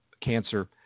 cancer